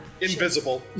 Invisible